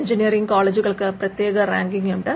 engineering കോളേജുകൾക്ക് പ്രതേക ranking ഉണ്ട്